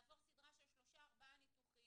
לעבור סדרה של שלושה-ארבעה ניתוחים,